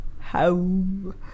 home